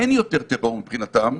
אין יותר טרור מבחינתם,